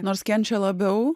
nors kenčia labiau